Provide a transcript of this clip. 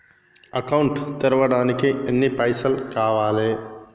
Account తెరవడానికి ఎన్ని పైసల్ కావాలే?